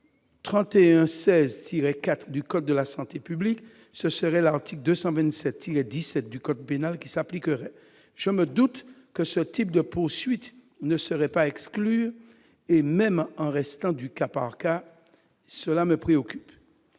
L. 3116-4 du code de la santé publique, ce serait l'article 227-17 du code pénal qui s'appliquerait. Je me doute que ce type de poursuites ne serait pas à exclure, et même au « cas par cas », cette situation me préoccupe.